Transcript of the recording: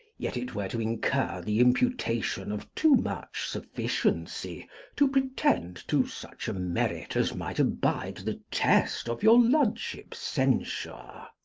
yet it were to incur the imputation of too much sufficiency to pretend to such a merit as might abide the test of your lordship's censure.